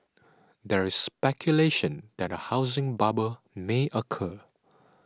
there is speculation that a housing bubble may occur